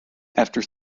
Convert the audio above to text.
after